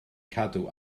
cadw